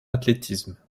athlétisme